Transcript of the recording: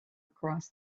across